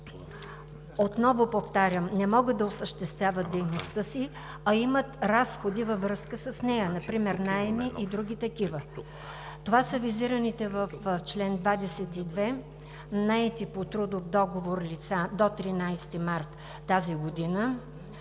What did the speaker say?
отново повтарям, не могат да осъществяват дейността си, а имат разходи във връзка с нея, например наеми и други такива. Визираните в чл. 22 са наети по трудов договор лица до 13 март тази година